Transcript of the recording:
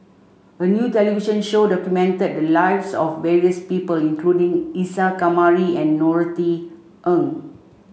a new television show documented the lives of various people including Isa Kamari and Norothy Ng